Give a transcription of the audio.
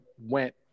went